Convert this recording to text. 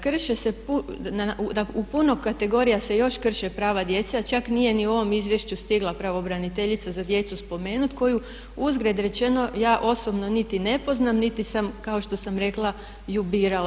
Krše se, u puno kategorija se još krše prava djece a čak nije ni u ovom izvješću stigla pravobraniteljica za djecu spomenuti koju uzgred rečeno ja osobno niti ne poznam niti sam kao što sam rekla ju birala.